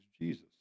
Jesus